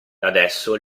adesso